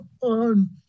on